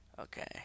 Okay